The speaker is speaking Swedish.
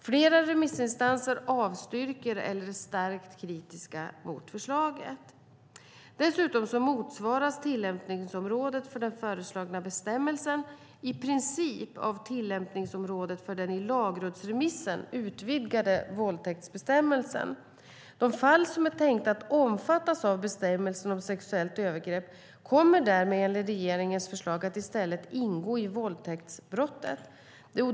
Flera remissinstanser avstyrker eller är starkt kritiska mot förslaget. Dessutom motsvaras tillämpningsområdet för den föreslagna bestämmelsen i princip av tillämpningsområdet för den i lagrådsremissen utvidgade våldtäktsbestämmelsen. De fall som är tänkta att omfattas av bestämmelsen om sexuellt övergrepp kommer därmed enligt regeringens förslag att i stället ingå i våldtäktsbrottet.